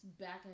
back